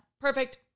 perfect